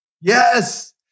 Yes